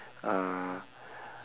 uh